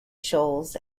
shoals